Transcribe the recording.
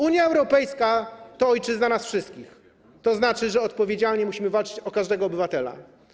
Unia Europejska to ojczyzna nas wszystkich, a to znaczy, że odpowiedzialnie musimy walczyć o każdego obywatela.